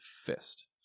fist